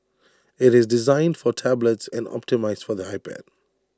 IT is designed for tablets and optimised for the iPad